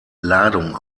ladung